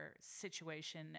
situation